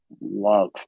love